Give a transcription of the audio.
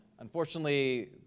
Unfortunately